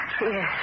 Yes